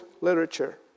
literature